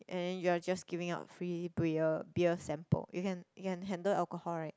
and then you are just giving out free beer beer samples you can you can handle alcohol [right]